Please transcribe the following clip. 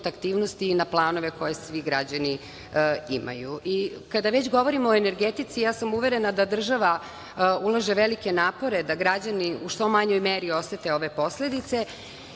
aktivnosti i na planove koje svi građani imaju. Kada već govorimo o energetici, ja sam uverena da država ulaže velike napore da građani u što manjoj meri osete ove posledice.